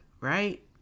right